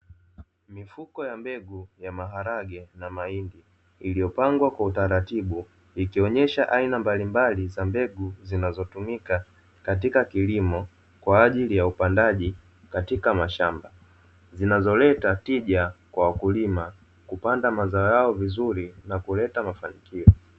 Mifuko ya mbegu ya maharage na mahindi iliyopangwa kwa utaratibu, ikionyesha aina mbalimbali za mbegu zinazotumika katika kilimo kwaajili ya upandaji katika mashamba zinazoleta tija wa wakulima kupanda mazao yao vizuri na kuleta mafanikio.